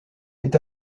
est